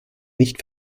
nicht